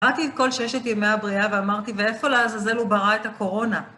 קראתי את כל ששת ימי הבריאה ואמרתי, ואיפה לעזאזל הוא ברא את הקורונה?